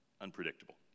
unpredictable